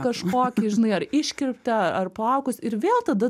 kažko tai žinai ar iškirptę ar plaukus ir vėl tada